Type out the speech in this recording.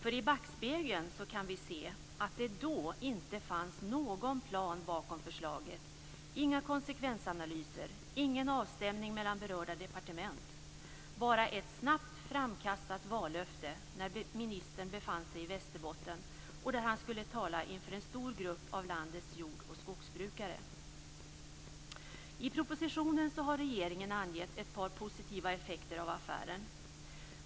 I backspegeln kan vi se att det då inte fanns någon plan bakom förslaget. Det fanns inga konsekvensanalyser och ingen avstämning mellan berörda departement. Det fanns bara ett snabbt framkastat vallöfte när ministern befann sig i Västerbotten där han skulle tala inför en stor grupp av landets jord och skogsbrukare. I propositionen har regeringen angivit ett par positiva effekter av affären.